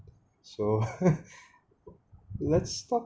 so let's talk